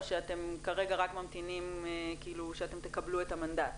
שאתם כרגע רק ממתינים שתקבלו את המנדט?